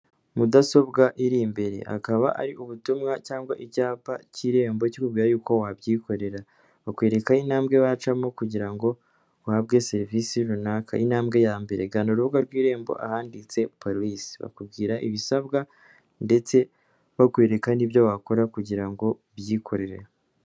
Mudasobwa iri imbere, akaba ari ubutumwa cyangwa icyapa k'irembo kikubwira yuko wabyikorera, bakwereka intambwe wacamo kugira ngo uhabwe serivisi runaka, intambwe ya mbere gana urubuga rw'irembo ahanditse paroyisi, bakubwira ibisabwa ndetse bakwereka n'ibyo wakora kugira ngo ubyikorere.